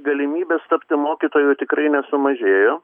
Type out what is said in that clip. galimybės tapti mokytoju tikrai nesumažėjo